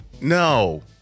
No